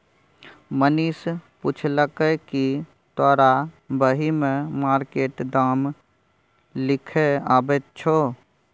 मनीष पुछलकै कि तोरा बही मे मार्केट दाम लिखे अबैत छौ